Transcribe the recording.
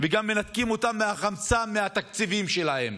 וגם מנתקים אותם מהחמצן, מהתקציבים שלהם.